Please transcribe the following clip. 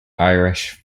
irish